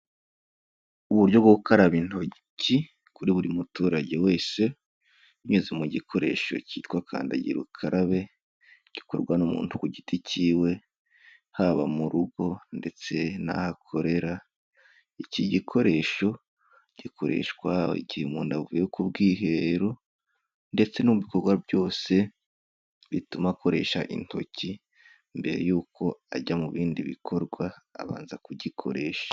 Uburyo bwo gukaraba intoki kuri buri muturage wese, binyuze mu gikoresho kitwa kandagirukarabe, gikorwa n'umuntu ku giti cyiwe, haba mu rugo ndetse n'aho akorera, iki gikoresho gikoreshwa igihe umuntu avuye ku bwiherero ndetse no mu bikorwa byose bituma akoresha intoki mbere yuko ajya mu bindi bikorwa abanza kugikoresha.